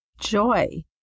joy